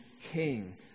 King